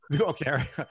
Okay